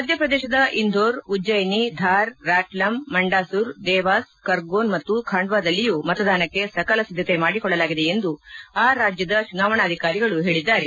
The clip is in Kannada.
ಮಧ್ಯಪ್ರದೇಶದ ಇಂಧೋರ್ ಉಜ್ಜಯಿನಿ ಧಾರ್ ರಾಟ್ಲಮ್ ಮಂಡಾಸುರ್ ದೇವಾಸ್ ಕರ್ಗೋನ್ ಮತ್ತು ಖಾಂಡ್ವಾದಲ್ಲಿಯೂ ಮತದಾನಕ್ಕೆ ಸಕಲ ಸಿದ್ಧಕೆ ಮಾಡಿಕೊಳ್ಳಲಾಗಿದೆ ಎಂದು ಆ ರಾಜ್ಯದ ಚುನಾವಣಾಧಿಕಾರಿಗಳು ಹೇಳಿದ್ದಾರೆ